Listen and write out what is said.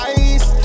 ice